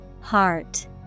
Heart